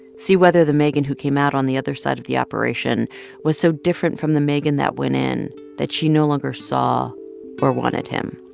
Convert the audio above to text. see whether the megan who came out on the other side of the operation was so different from the megan that went in that she no longer saw or wanted him